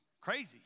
crazy